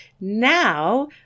Now